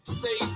say